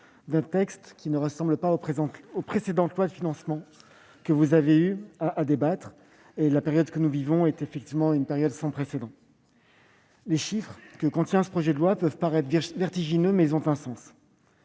d'un texte qui ne ressemble pas aux précédentes lois de financement que vous avez eu à examiner par le passé, car la période que nous vivons est sans précédent. Les chiffres que contient ce projet de loi peuvent paraître vertigineux, mais ils ont un sens.